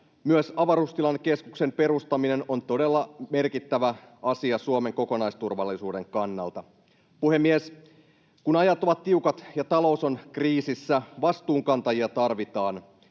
Myös avaruustilannekeskuksen perustaminen on todella merkittävä asia Suomen kokonaisturvallisuuden kannalta. Puhemies! Kun ajat ovat tiukat ja talous on kriisissä, vastuunkantajia tarvitaan.